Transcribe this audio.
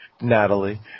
Natalie